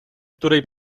której